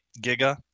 giga